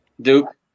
Duke